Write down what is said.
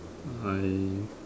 I